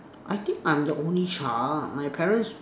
I think I'm the only child my parents